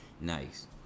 nice